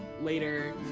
later